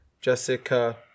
Jessica –